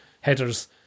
headers